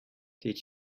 did